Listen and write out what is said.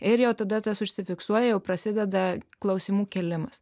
ir jau tada tas užsifiksuoja prasideda klausimų kėlimas